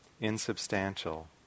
insubstantial